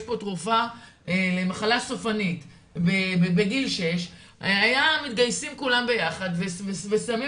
יש פה תרופה למחלה סופנית בגיל שש" היו מתגייסים כולם ביחד ושמים